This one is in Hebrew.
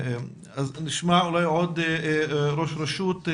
נשמע אולי עוד ראש רשות,